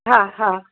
हा हा